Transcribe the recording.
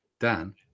Dan